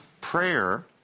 Prayer